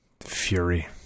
Fury